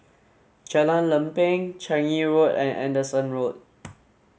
Jalan Lempeng Changi Road and Anderson Road